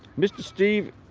mr. steve